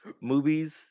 Movies